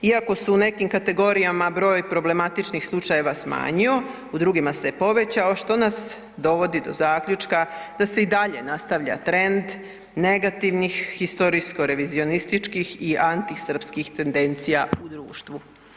Iako se u nekim kategorijama broj problematičnih slučajeva smanjio, u drugima se povećao, što nas dovodi do zaključka da se i dalje nastavlja trend negativnih historijsko-revizionističkih i antisrpskih tendencija u društvu.